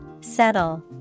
Settle